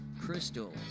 Crystal